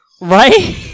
Right